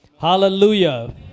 Hallelujah